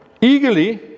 eagerly